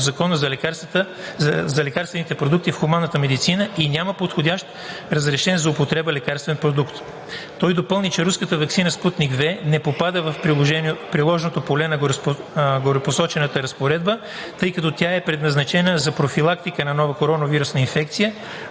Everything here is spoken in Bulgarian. Закона за лекарствените продукти в хуманната медицина и няма подходящ разрешен за употреба лекарствен продукт. Той допълни, че руската ваксина „Спутник V“ не попада в приложното поле на горепосочената разпоредба, тъй като тя е предназначена за профилактика на нова коронавирусна инфекция,